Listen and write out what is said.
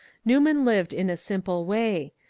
newman lived in a simple way.